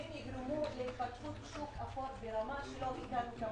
הם יגרמו להתפתחות שוק אפור ברמה שלא הכרנו כמוה.